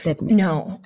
No